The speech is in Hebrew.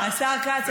השר כץ,